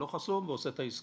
לא חסום ועושה את העסקה.